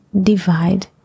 divide